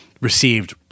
Received